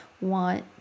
want